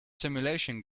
simulation